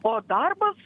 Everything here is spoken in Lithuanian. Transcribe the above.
o darbas